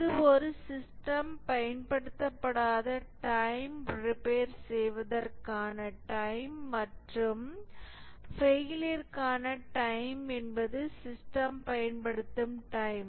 இது ஒரு சிஸ்டம் பயன்படுத்தப்படாத டைம் ரிப்பேர் செய்வதற்கான டைம் மற்றும் ஃபெயிலியர்க்கான டைம் என்பது சிஸ்டம் பயன்படுத்தப்படும் டைம்